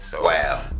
Wow